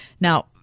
Now